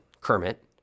Kermit